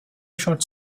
shots